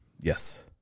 Yes